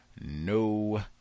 no